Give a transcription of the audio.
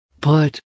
Put